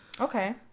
Okay